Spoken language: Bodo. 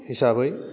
हिसाबै